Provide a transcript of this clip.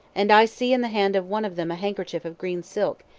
and i see in the hand of one of them a handkerchief of green silk,